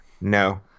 No